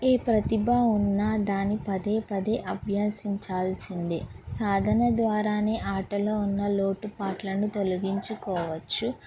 ఏ ప్రతిభ ఉన్న దాని పదే పదే అభ్యసించాల్సిందే సాధన ద్వారానే ఆటలో ఉన్న లోటు పాట్లను తొలగించుకోవచ్చు